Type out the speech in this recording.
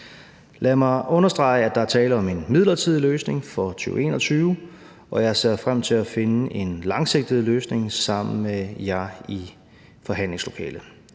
Lad mig understrege, at der er tale om en midlertidig løsning for 2021, og jeg ser frem til at finde en langsigtet løsning sammen med jer i forhandlingslokalet.